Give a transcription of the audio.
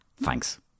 Thanks